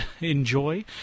enjoy